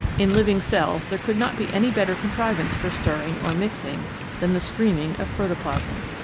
in living cells there could not be any better contrivance for stirring or mixing than the streaming of protoplasm.